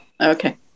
Okay